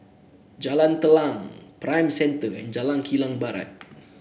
Jalan Telang Prime Centre and Jalan Kilang Barat